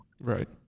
Right